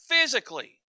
physically